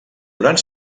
durant